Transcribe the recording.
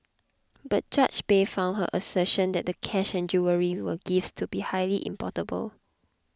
but Judge Bay found her assertion that the cash and jewellery were gifts to be highly improbable